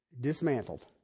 dismantled